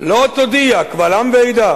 לא תודיע קבל עם ועדה